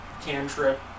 cantrip